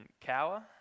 cower